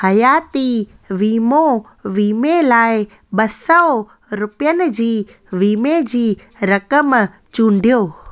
हयाती वीमो वीमे लाइ ॿ सौ रुपियनि जी वीमे जी रक़म चूंडियो